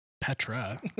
Petra